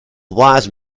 wise